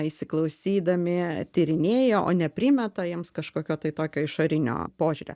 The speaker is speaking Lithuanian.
įsiklausydami tyrinėjo o ne primeta jiems kažkokio tai tokio išorinio požiūrio